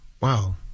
Wow